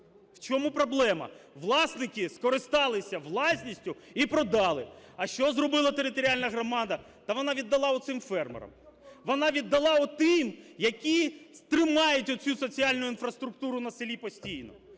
В чому проблема? Власники скористалися власністю і продали. А що зробила територіальна громада? Та вона віддала оцим фермерам. Вона віддала отим, які тримають оцю соціальну інфраструктуру на селі постійно,